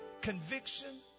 conviction